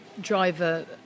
driver